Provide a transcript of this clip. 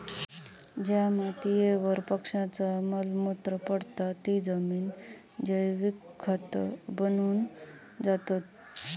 ज्या मातीयेवर पक्ष्यांचा मल मूत्र पडता ती जमिन जैविक खत बनून जाता